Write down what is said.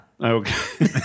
Okay